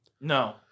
No